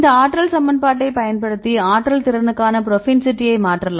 இந்த ஆற்றல் சமன்பாட்டைப் பயன்படுத்தி ஆற்றல் திறனுக்கான புரோபென்சிட்டியை மாற்றலாம்